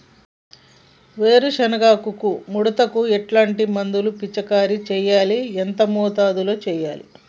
వేరుశెనగ ఆకు ముడతకు ఎటువంటి మందును పిచికారీ చెయ్యాలి? ఎంత మోతాదులో చెయ్యాలి?